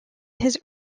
his